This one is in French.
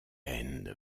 end